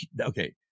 okay